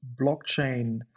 blockchain